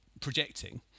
projecting